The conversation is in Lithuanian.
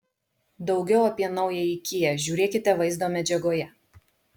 daugiau apie naująjį kia žiūrėkite vaizdo medžiagoje